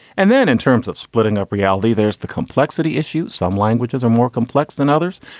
and then in terms of splitting up reality, there's the complexity issue. some languages are more complex than others.